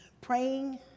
praying